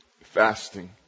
fasting